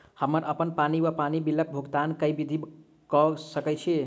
हम्मर अप्पन पानि वा पानि बिलक भुगतान केँ विधि कऽ सकय छी?